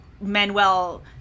Manuel